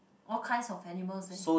all kinds of animals leh